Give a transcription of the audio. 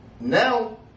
now